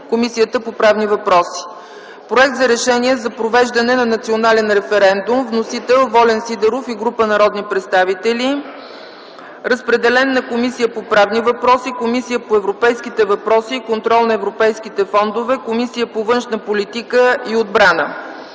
Комисията по правни въпроси; - проект за Решение за провеждане на национален референдум. Вносители са Волен Сидеров и група народни представители. Разпределен е на Комисията по правни въпроси, Комисията по европейските въпроси и контрол на европейските фондове, Комисията по външна политика и отбрана;